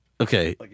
Okay